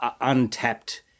untapped